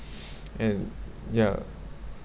and ya